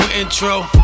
intro